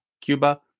Cuba